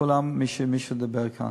לכל מי שדיבר כאן,